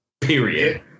period